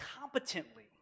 competently